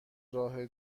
راه